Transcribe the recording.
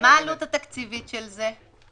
מה העלות התקציבית של זה?